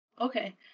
Okay